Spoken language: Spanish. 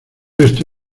esto